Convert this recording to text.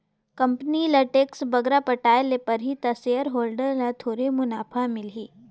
company ल tax बगरा पटाए ले परही ता सेयर होल्डर ल थोरहें मुनाफा मिलही